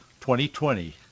2020